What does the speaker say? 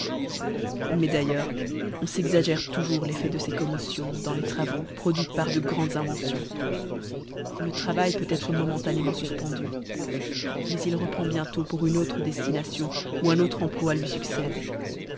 mais d'ailleurs on s'exagère toujours l'effet de ces commotions dans les travaux produires par de grandes inventions le travail peut être momentanément fufpendu mais il reprend bientôt un autre emploi lui fuccède